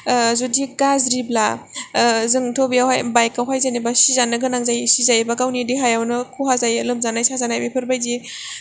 जुदि गाज्रिब्ला जोंथ' बेयावहाय बाइक आवहाय जेन'बा सिजानो गोनां जायो सिजायोब्ला गावनि देहायावनो ख'हा जायो लोमजानाय साजानाय बेफोरबादि